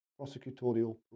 prosecutorial